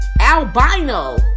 albino